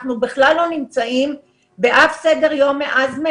אנחנו בכלל לא נמצאים בסדר היום מאז חודש